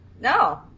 No